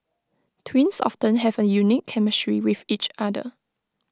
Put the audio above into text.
twins often have A unique chemistry with each other